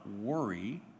worry